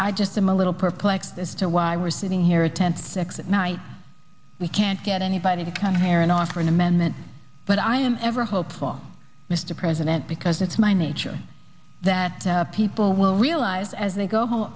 i just i'm a little perplexed as to why we're sitting here a tenth sex at night we can't get anybody to come here and offer an amendment but i am ever hope for mr president because it's my nature that people will realize as they go home